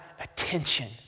attention